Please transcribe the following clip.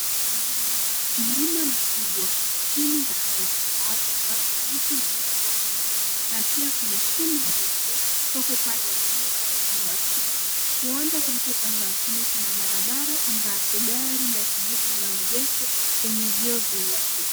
Mlima mkubwa, chini ya ardhi ya samawati ambapo miti imemea kwa pamoja, na pia kuna shimo refu, kutoka upande wa juu hadi upande wa chini. Kiwanja kilicho upande wa chini kuna barabara ambapo gari la kijivu limeegeshwa, lenye vioo vyeusi.